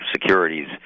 securities